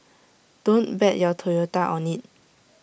don't bet your Toyota on IT